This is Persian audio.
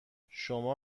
شما